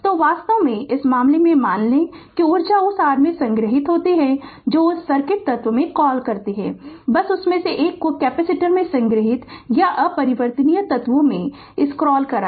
तो वास्तव में इस मामले में मान लें कि ऊर्जा उस r में संग्रहीत है जो उस सर्किट तत्व में कॉल करती है बस उसमें से एक को कैपेसिटर में संग्रहीत या एक अपरिवर्तनीय तत्व में स्क्रॉल करें